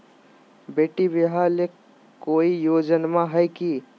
बेटी ब्याह ले कोई योजनमा हय की?